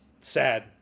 sad